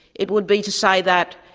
it would be to say that,